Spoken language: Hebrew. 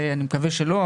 אני מקווה שלא,